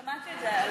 שמעתי את זה.